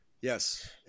Yes